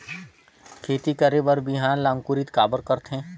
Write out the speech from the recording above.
खेती करे बर बिहान ला अंकुरित काबर करथे?